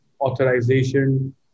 authorization